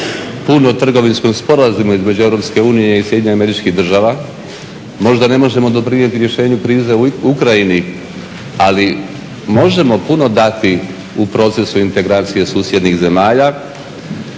puno trgovinskom sporazumu između Europske unije i Sjedinjenih Američkih Država, možda ne možemo doprinijeti rješenju krize u Ukrajini ali možemo puno dati u procesu integracije susjednih zemalja.